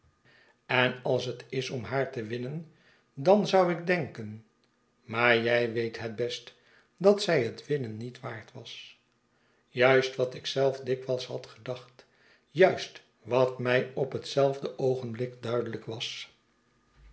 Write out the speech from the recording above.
en ais het is om haar te winnen dan zou ik denken maar jij weet het best dat zij het winnen niet waard was juist wat ik zeif dikwijls had gedacht juist wat mij op hetzelfde oogenblik duideiyk was